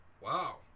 Wow